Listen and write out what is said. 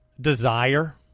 desire